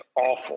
awful